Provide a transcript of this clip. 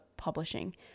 publishing